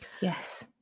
yes